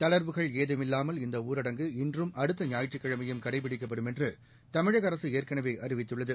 தளர்வுகள் ஏதுமில்லாமல் இந்த ஊரடங்கு இன்றும் அடுத்த ஞாயிற்றுக் கிழமையும் கடைபிடிக்கப்படும் என்று தமிழக அரசு ஏற்கனவே அறிவித்துள்ளது